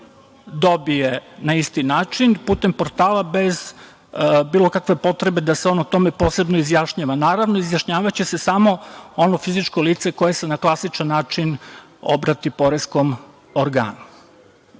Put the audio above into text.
dobije na isti način putem portala, bez bilo kakve potrebe da se on o tome posebno izjašnjava. Naravno, izjašnjavaće se samo ono fizičko lice koje se na klasičan način obrati poreskom organu. Ono